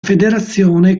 federazione